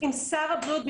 אם שר הבריאות,